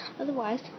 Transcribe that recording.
otherwise